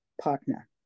partner